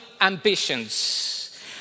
ambitions